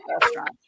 restaurant